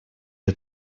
для